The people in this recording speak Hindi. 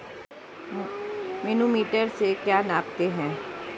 मैनोमीटर से क्या नापते हैं?